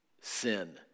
sin